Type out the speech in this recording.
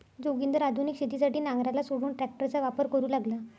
जोगिंदर आधुनिक शेतीसाठी नांगराला सोडून ट्रॅक्टरचा वापर करू लागला